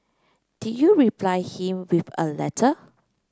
did you reply him with a letter